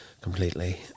Completely